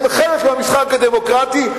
הם חלק מהמשחק הדמוקרטי,